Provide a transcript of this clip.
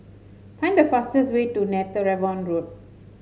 find the fastest way to Netheravon Road